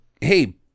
hey